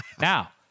Now